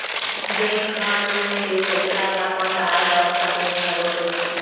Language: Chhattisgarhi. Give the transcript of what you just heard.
बेंक ह लोन के पइसा ल पटाए बर समे घलो देथे